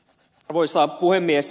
arvoisa puhemies